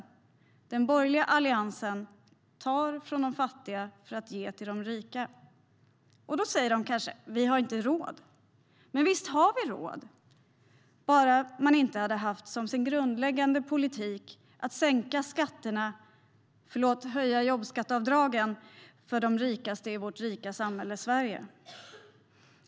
Den borgerliga Alliansen tar från de fattiga för att ge till de rika. Och då säger de kanske: Vi har inte råd. Men visst har vi råd, bara man inte hade haft som sin grundläggande politik att sänka skatterna - förlåt, höja jobbskatteavdragen - för de rikaste i vårt rika samhälle Sverige.